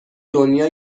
دنیا